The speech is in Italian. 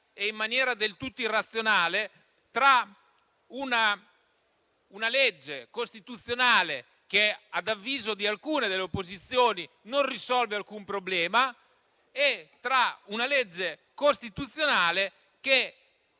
e in maniera del tutto irrazionale tra una legge costituzionale che, ad avviso di alcune delle opposizioni, non risolve alcun problema, e una legge costituzionale che